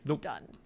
done